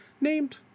named